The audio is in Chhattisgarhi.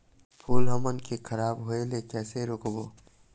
फूल हमन के खराब होए ले कैसे रोकबो?